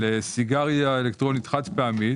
על סיגריה אלקטרונית חד פעמית,